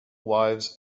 wives